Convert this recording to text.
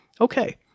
Okay